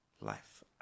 life